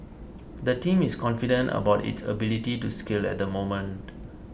the team is confident about it ability to scale at the moment